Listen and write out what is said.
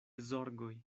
zorgoj